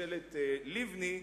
בממשלת לבני,